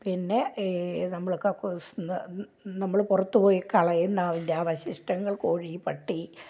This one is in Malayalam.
പിന്നെ ഈ നമ്മള് കക്കൂസിൽ നിന്ന് നമ്മള് പുറത്ത് പോയി കളയുന്ന അതിൻ്റെ അവശിഷ്ടങ്ങൾ കോഴി പട്ടി